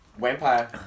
Vampire